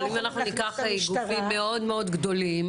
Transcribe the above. אבל אם אנחנו ניקח גופים מאוד מאוד גדולים,